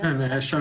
אני רק